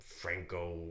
Franco